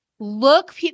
look